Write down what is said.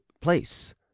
place